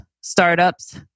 startups